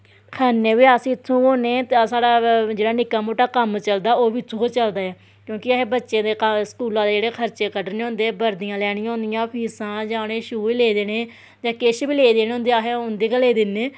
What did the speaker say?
खन्ने बी अस इत्थूं गै होन्ने ते साढ़ा जेह्ड़ा निक्का मुट्टा कम्म चलदा ओह् बी इत्थूं गै चलदा ऐ क्योंकि असें बच्चें दे का स्कूला दे जेह्ड़े खर्चे क'ड्डने होंदे बर्दियां लैनियां होंदियां फीसां जां उ'नें गी शूज लेई देने ते किश बी लेई देने होंदे असें उं'दे गै लेई दिन्ने